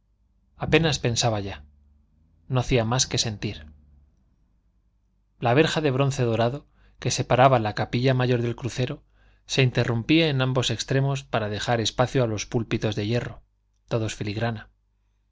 apenas pensaba ya no hacía más que sentir la verja de bronce dorado que separaba la capilla mayor del crucero se interrumpía en ambos extremos para dejar espacio a los púlpitos de hierro todos filigrana